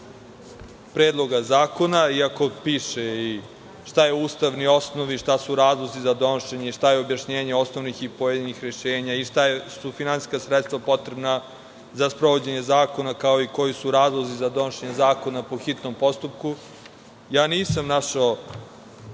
predloga zakona, iako piše i šta je ustavni osnov i šta su razlozi za donošenje i šta je objašnjenje osnovnih i pojedinih rešenja i šta su finansijska sredstva potrebna za sprovođenje zakona, kao i koji su razlozi za donošenje zakona po hitnom postupku, nisam našao